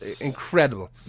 incredible